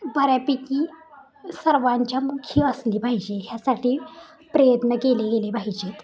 बऱ्यापैकी सर्वांच्या मुखी असली पाहिजे ह्यासाठी प्रयत्न केले गेले पाहिजेत